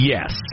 Yes